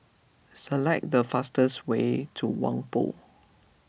select the fastest way to Whampoa